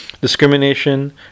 Discrimination